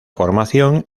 formación